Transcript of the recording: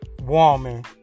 woman